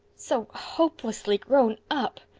so hopelessly grown up.